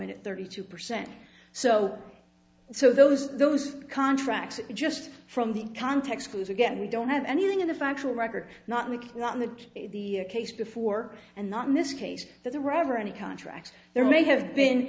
in at thirty two percent so so those those contracts just from the context clues again we don't have anything in the factual record not make one that the case before and not in this case that the reverend contracts there may have been